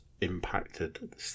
impacted